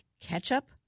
ketchup